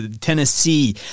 Tennessee